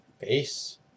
Peace